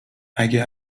اگه